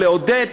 לעודד,